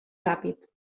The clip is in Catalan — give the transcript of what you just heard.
ràpid